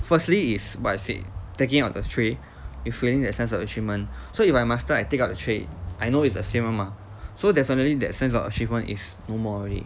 firstly is by taking out the tray you feeling that sense of achievement so if I master I take out the tray I know it's the same [one] mah so definitely that sense of achievement is no more already